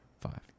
five